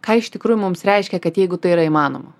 ką iš tikrųjų mums reiškia kad jeigu tai yra įmanoma